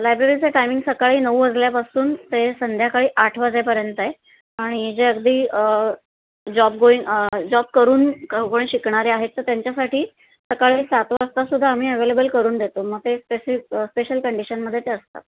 लायब्ररीचं timing सकाळी नऊ वाजल्यापासून ते संध्याकाळी आठ वाजेपर्यंत आहे आणि जे अगदी जॉब गोईन जॉब करून कोण शिकणारे आहेत तर त्यांच्यासाठी सकाळी सात वाजता सुद्धा आम्ही अवेलेबल करून देतो मग ते स्पेसि स्पेशल कंडिशनमध्ये ते असतात